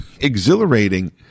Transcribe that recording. exhilarating